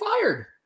fired